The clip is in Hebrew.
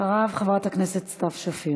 אחריו, חברת הכנסת סתיו שפיר.